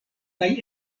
kaj